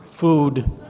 food